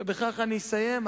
ובכך אני אסיים,